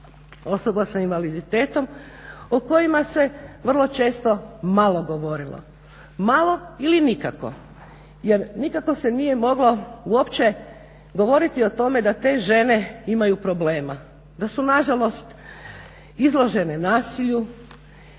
osoba s invaliditetom o kojima se vrlo često malo govorilo, malo ili nikako. Jer nikako se nije moglo uopće govoriti o tome da te žene imaju problema, da su nažalost izložene nasilju